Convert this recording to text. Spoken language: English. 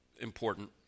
important